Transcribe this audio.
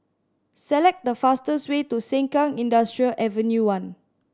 select the fastest way to Sengkang Industrial Avenue One